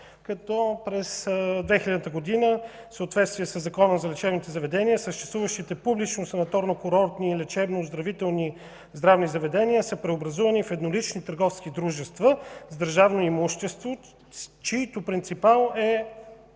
През 2000 г. в съответствие със Закона за лечебните заведения съществуващите публични санаторно-курортни и лечебно-оздравителни здравни заведения са преобразувани в еднолични търговски дружества с държавно имущество, чийто принципал е